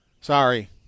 Sorry